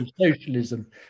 socialism